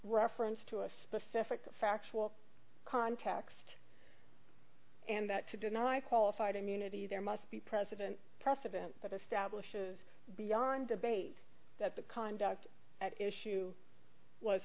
reference to a specific factual context and that to deny qualified immunity there must be president press event that establishes beyond debate that the conduct at issue was